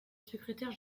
secrétaire